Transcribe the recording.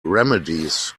remedies